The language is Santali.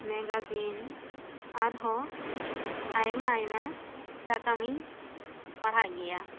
ᱢᱮᱜᱟᱡᱤᱱ ᱟᱨᱦᱚᱸ ᱟᱭᱢᱟ ᱟᱭᱢᱟ ᱥᱟᱠᱟᱢ ᱤᱧ ᱯᱟᱲᱦᱟᱜ ᱜᱮᱭᱟ